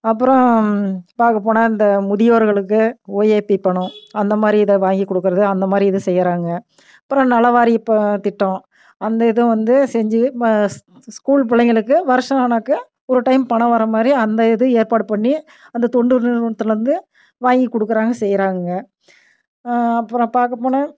அப்புறம் பார்க்கப் போனால் இந்த முதியோர்களுக்கு ஓஏபி பணம் அந்தமாதிரி இதை வாங்கி கொடுக்குறது அந்தமாதிரி இது செய்கிறாங்க அப்புறம் நலவாரிய ப திட்டம் அந்த இதுவும் வந்து செஞ்சு ஸ்கூல் பிள்ளைங்களுக்கு வருடம் ஆனாக்க ஒரு டைம் பணம் வர்றமாதிரி அந்த இதுவும் ஏற்பாடு பண்ணி அந்த தொண்டு நிறுவனத்தில் இருந்து வாங்கிக் கொடுக்குறாங்க செய்கிறாங்கங்க அப்புறம் பார்க்கப் போனால்